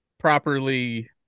properly